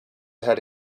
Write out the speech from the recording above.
had